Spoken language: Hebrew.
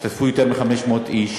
השתתפו יותר מ-500 איש,